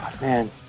man